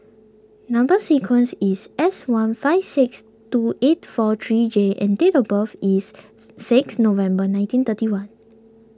Number Sequence is S one five six two eight four three J and date of birth is six November nineteen thirty one